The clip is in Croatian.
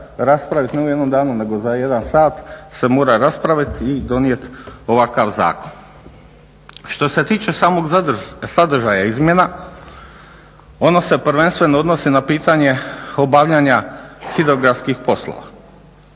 raspraviti. Ne u jednom danu, nego za jedan sat se mora raspravit i donijet ovakav zakon. Što se tiče samog sadržaja izmjena ono se prvenstveno odnosi na pitanje obavljanja hidrografskih poslova.